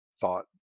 thought